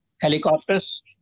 helicopters